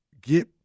get –